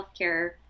healthcare